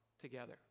together